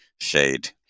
shade